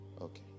Okay